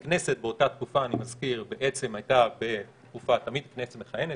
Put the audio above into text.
ואני מזכיר שבאותה תקופה הכנסת תמיד כנסת מכהנת,